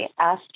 asked